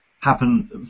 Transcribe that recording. happen